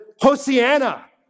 Hosanna